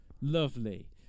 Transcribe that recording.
Lovely